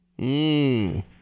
Mmm